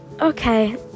okay